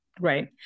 Right